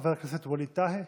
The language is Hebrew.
אחריו, חבר הכנסת ווליד טאהא,